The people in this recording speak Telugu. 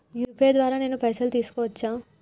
యూ.పీ.ఐ ద్వారా నేను పైసలు తీసుకోవచ్చా?